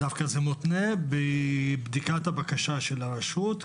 דווקא זה מותנה בבדיקת הבקשה של הרשות,